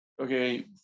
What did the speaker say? okay